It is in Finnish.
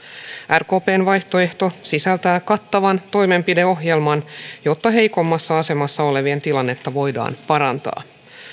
rkpn vaihtoehto sisältää kattavan toimenpideohjelman jotta heikoimmassa asemassa olevien tilannetta voidaan parantaa